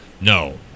no